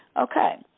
okay